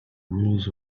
rules